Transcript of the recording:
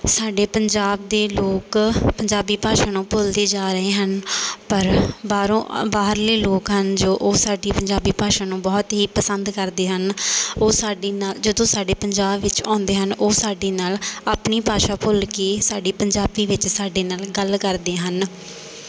ਸਾਡੇ ਪੰਜਾਬ ਦੇ ਲੋਕ ਪੰਜਾਬੀ ਭਾਸ਼ਾ ਨੂੰ ਭੁੱਲਦੇ ਜਾ ਰਹੇ ਹਨ ਪਰ ਬਾਹਰੋਂ ਬਾਹਰਲੇ ਲੋਕ ਹਨ ਜੋ ਉਹ ਸਾਡੀ ਪੰਜਾਬੀ ਭਾਸ਼ਾ ਨੂੰ ਬਹੁਤ ਹੀ ਪਸੰਦ ਕਰਦੇ ਹਨ ਉਹ ਸਾਡੀ ਨਾਲ ਜਦੋਂ ਸਾਡੇ ਪੰਜਾਬ ਵਿੱਚ ਆਉਂਦੇ ਹਨ ਉਹ ਸਾਡੀ ਨਾਲ ਆਪਣੀ ਭਾਸ਼ਾ ਭੁੱਲ ਕੇ ਸਾਡੀ ਪੰਜਾਬੀ ਵਿੱਚ ਸਾਡੇ ਨਾਲ ਗੱਲ ਕਰਦੇ ਹਨ